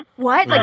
what? like